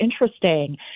interesting